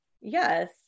yes